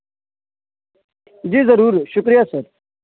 جی ضرور شکریہ سر